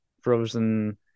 frozen